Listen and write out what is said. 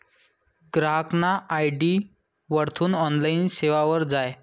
ग्राहकना आय.डी वरथून ऑनलाईन सेवावर जाय